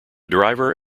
driver